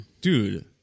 Dude